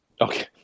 Okay